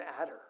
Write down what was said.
adder